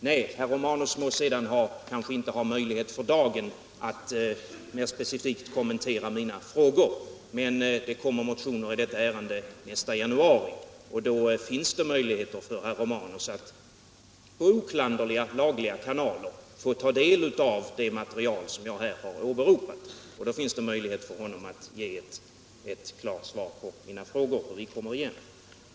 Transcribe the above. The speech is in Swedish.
Nej, herr Romanus kanske inte har möjlighet att för dagen mer specifikt kommentera mina frågor, men det kommer motioner i detta ärende nästa januari. Då finns det möjlighet för herr Romanus att genom oklanderliga lagliga kanaler ta del av det material som jag här har åberopat, och då finns det också möjlighet för honom att ge ett klart svar på mina frågor. Vi kommer igen.